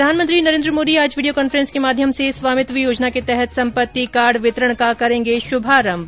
प्रधानमंत्री नरेन्द्र मोदी आज video conference के माध्यम से स्वामित्व योजना के तहत संपत्ति कार्ड वितरण का करेंगे शुभारंभ